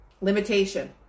limitation